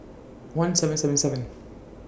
one seven seven seven